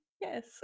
yes